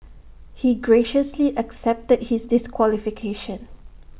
he graciously accepted his disqualification